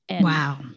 Wow